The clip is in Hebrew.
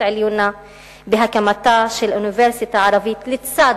עליונה בהקמתה של אוניברסיטה ערבית לצד,